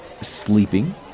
sleeping